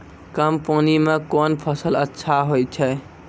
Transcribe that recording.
कम पानी म कोन फसल अच्छाहोय छै?